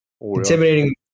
intimidating